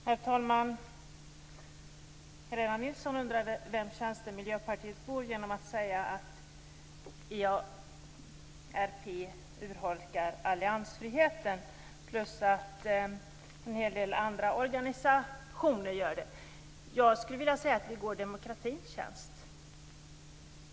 Herr talman! Helena Nilsson undrade i vems tjänst Miljöpartiet går genom att säga att EAPR urholkar alliansfriheten samt att en hel del andra organisationer gör det. Jag skulle vilja säga att vi går i demokratins tjänst.